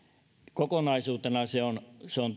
kokonaisuutena se on se on